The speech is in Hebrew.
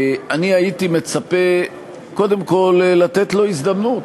אני הייתי מצפה קודם כול שתינתן לו הזדמנות.